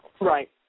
Right